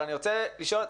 אבל אני רוצה לשאול.